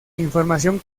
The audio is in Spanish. información